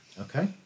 okay